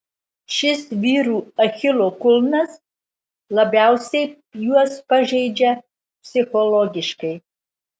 šis vyrų achilo kulnas labiausiai juos pažeidžia psichologiškai